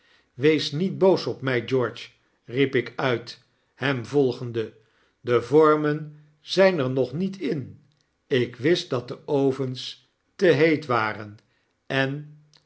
wees niet boos op mij george riep ik uit hem volgende de vormen zyn er nog niet in ik wist dat de ovens te heet waren en